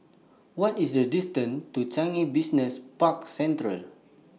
What IS The distance to Changi Business Park Central